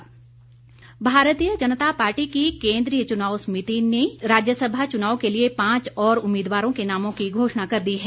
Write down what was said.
Rajya Sabha Bharatiya Janata party की केन्द्रीय चुनाव समिति ने राज्यसभा चुनाव के लिए पांच और उम्मीदवारों के नामों की घोषणा कर दी है